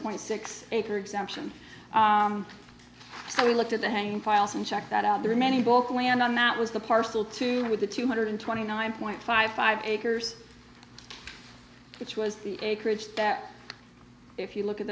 point six acre exemption so we looked at the hanging files and check that out there are many both land on that was the parcel to go with the two hundred twenty nine point five five acres which was the acreage that if you look at